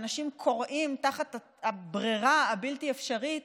אנשים כורעים תחת הברירה הבלתי-אפשרית